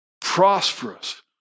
prosperous